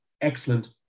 excellent